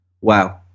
Wow